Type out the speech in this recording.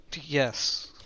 Yes